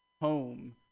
home